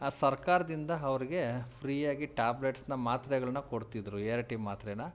ಆ ಸರ್ಕಾರ್ದಿಂದ ಅವ್ರಿಗೆ ಫ್ರೀ ಆಗಿ ಟಾಬ್ಲೆಟ್ಸನ್ನ ಮಾತ್ರೆಗಳನ್ನು ಕೊಡ್ತಿದ್ದರು ಎ ಆರ್ ಟಿ ಮಾತ್ರೆನ